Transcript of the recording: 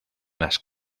las